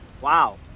Wow